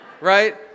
right